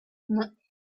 non